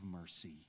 mercy